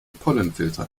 pollenfilter